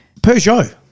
Peugeot